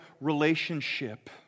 relationship